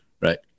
right